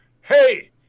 hey